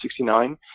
1969